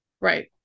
right